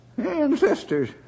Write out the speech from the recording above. ancestors